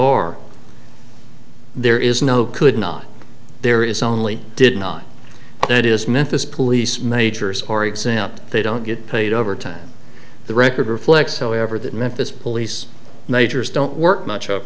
bore there is no could not there is only did not that is memphis police majors or exempt they don't get paid overtime the record reflects however that memphis police majors don't work much